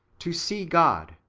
to see god,